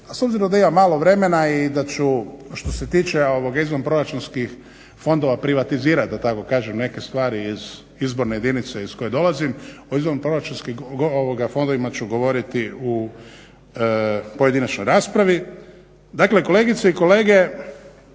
s obzirom da imam malo vremena i da ću što se tiče izvanproračunskih fondova privatizirati da tako kažem neke stvari iz izborne jedinice iz koje dolazim o izvanproračunskim fondovima ću govoriti u pojedinačnoj raspravi. Dakle kolegice i kolege